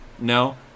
no